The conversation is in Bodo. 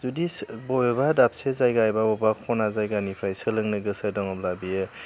जुदि सो बबेबा दाबसे जायगा एबा अबेबा ख'ना जायगानिफ्राय सोलोंनो गोसो दङब्ला बियो